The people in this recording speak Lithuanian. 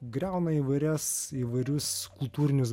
griauna įvairias įvairius kultūrinius